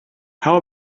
how